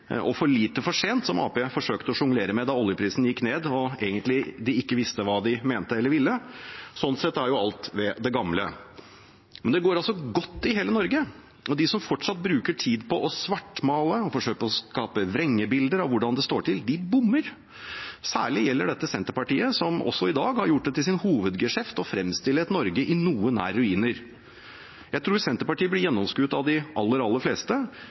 og «for lite for sent», som Arbeiderpartiet forsøkte å sjonglere med da oljeprisen gikk ned, og de egentlig ikke visste hva de mente eller ville. Slik sett er alt ved det gamle. Det går godt i hele Norge. De som fortsatt bruker tid på å svartmale og forsøker å skape vrengebilder av hvordan det står til, bommer. Særlig gjelder dette Senterpartiet som også i dag har gjort det til sin hovedgeskjeft å fremstille et Norge i noe nær ruiner. Jeg tror Senterpartiet blir gjennomskuet av de aller fleste.